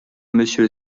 monsieur